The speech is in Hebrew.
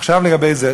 עכשיו לגבי זה,